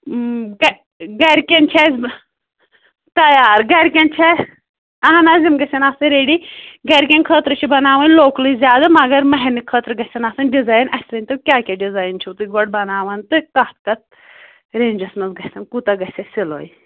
گَرِکین چھِ اَسہِ تیار گَرِکین چھِ اَسہِ آہَن حظ یِم گژھَن آسٕنۍ ریٚڈی گَرِکین خٲطرٕ چھُ بناوٕنۍ لوکلٕے زیادٕ مگر مَہرینہِ خٲطرٕ گژھَن آسٕنۍ ڈیزایَن اَسہِ ؤنۍتَو کیٛاہ کیٛاہ ڈیٚزایَن چھِوٕ تۅہہِ گۅڈٕ بَناوان تہٕ کتھ کَتھ رینٛجس منٛز گژھَن کوٗتاہ گژھَس سِلٲے